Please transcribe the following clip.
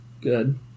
good